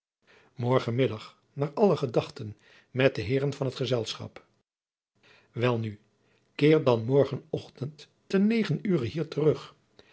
middag naar alle gedachten met de heeren van het gezantschap welnu keer dan morgen ochtend te negen ure hier terug